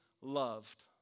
loved